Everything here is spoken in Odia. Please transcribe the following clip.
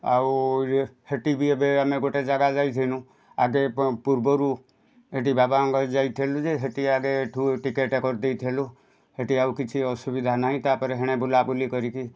ଆଉ ହେଟି ବି ଏବେ ଆମେ ଗୋଟେ ଜାଗା ଯାଇଥିନୁ ଆଗେ ପୂର୍ବରୁ ହେଟି ବାବାଙ୍କ ଯାଇଥେଲୁ ଯେ ହେଟି ଆଗେ ଏଠୁ ଟିକେଟ୍ କରି ଦେଇଥିଲୁ ହେଟି ଆଉ କିଛି ଅସୁବିଧା ନାହିଁ ତାପରେ ହେଣେ ବୁଲାବୁଲି କରିକି